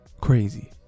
crazy